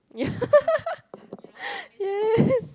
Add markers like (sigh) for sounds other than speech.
yeah (laughs) yes (laughs)